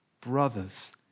Brothers